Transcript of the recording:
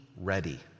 ready